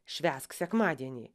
švęsk sekmadienį